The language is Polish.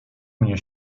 mnie